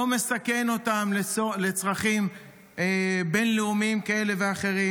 מסכן אותם לצרכים בין-לאומיים כאלה ואחרים,